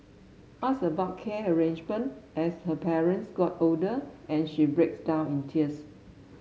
ask about care arrangement as her parents got older and she breaks down in tears